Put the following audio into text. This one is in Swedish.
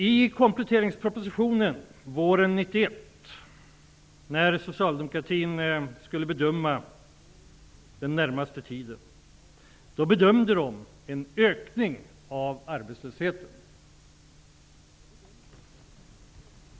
I kompletteringspropositionen våren 1991 gjorde socialdemokratin en bedömning av framtiden. De bedömde då att det skulle bli en ökning av arbetslösheten.